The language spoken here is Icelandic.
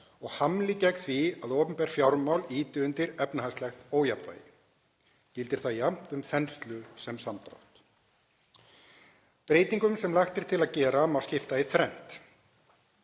og hamli gegn því að opinber fjármál ýti undir efnahagslegt ójafnvægi. Gildir það jafnt um þenslu sem samdrátt. Breytingunum sem lagt er til að gera má skipta í þrennt.